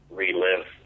relive